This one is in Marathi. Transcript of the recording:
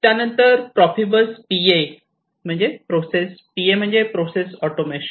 त्यानंतर प्रोफिबस PA PA म्हणजे प्रोसेस ऑटोमेशन